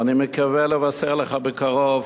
ואני מקווה לבשר לך בקרוב